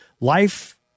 life